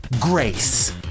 Grace